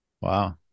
Wow